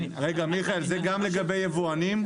רגע מיכאל, זה גם לגבי יבואנים?